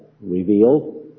revealed